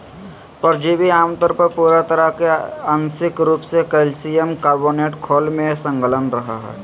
परिजीवी आमतौर पर पूरा तरह आंशिक रूप से कइल्शियम कार्बोनेट खोल में संलग्न रहो हइ